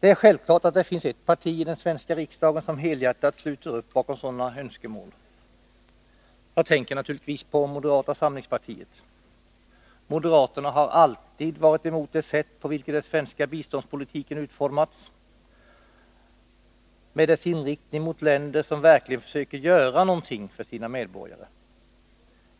Det är självklart att det finns ett parti i den svenska riksdagen som helhjärtat sluter upp bakom sådana önskemål. Jag tänker naturligtvis på moderata samlingspartiet. Moderaterna har alltid varit emot det sätt på vilket den svenska biståndspolitiken utformats, med dess inriktning mot länder som verkligen försöker göra någonting för sina medborgare.